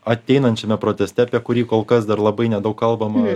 ateinančiame proteste apie kurį kol kas dar labai nedaug kalbama